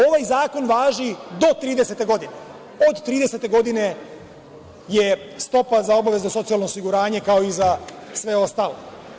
Ovaj zakon važi do 30 godine, od 30 godine je stopa za obavezno socijalno osiguranje kao i za sve ostale.